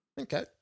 Okay